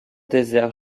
désert